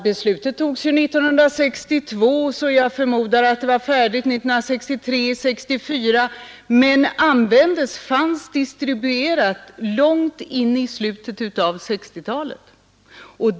Beslutet togs ju 1962, så jag förmodar att detta material var färdigt 1963/1964, men det användes — fanns distribuerat — långt in mot slutet av 1960-talet.